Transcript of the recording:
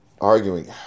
arguing